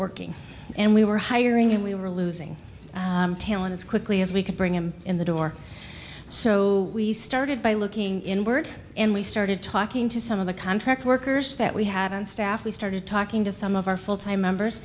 working and we were hiring and we were losing talent as quickly as we could bring him in the door so we started by looking inward and we started talking to some of the contract workers that we have and staff we started talking to some of our full time members